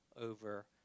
over